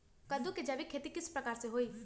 कददु के जैविक खेती किस प्रकार से होई?